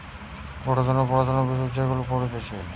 গটে ধরণের পড়াশোনার বিষয় যেগুলা পড়তিছে